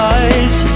eyes